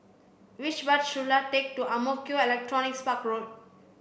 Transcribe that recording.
which bus should I take to Ang Mo Kio Electronics Park Road